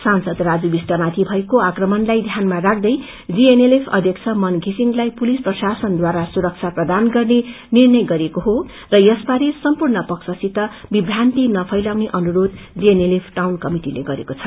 सांसद राजु विष्अमागि भएको आक्रमणलाई ध्यानमा राख्दै जीएनएलएफ अध्यक्ष मन घिसिडलाई पुलिस प्रशासनद्वारा सुरक्षा प्रदान गन्ने निर्णय लिएको हो र यसबारे सम्पूर्ण पक्षसित विभ्रान्ति न फैलाउने अनुरोध जीएनएलएफ टाउन कमिटिले गरेको छ